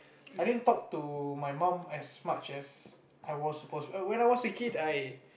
I didn't talk to my mum as much as I was supposed when I was a kid I